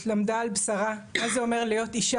למדה על בשרה מה זה אומר להיות אישה